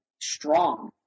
strong